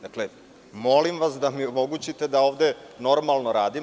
Dakle, molim vas da mi omogućite da ovde normalno radim.